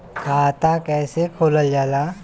खाता कैसे खोलल जाला?